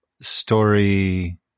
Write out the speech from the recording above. story